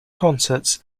concerts